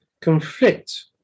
conflict